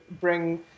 bring